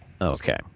Okay